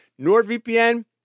NordVPN